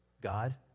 God